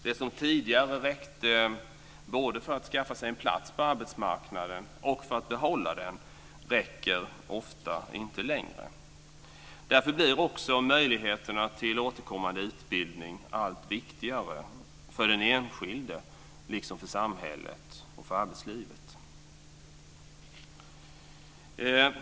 Det som tidigare räckte både för att skaffa sig en plats på arbetsmarknaden och för att behålla den räcker ofta inte längre. Därför blir också möjligheterna till återkommande utbildning allt viktigare för den enskilde liksom för samhället och arbetslivet.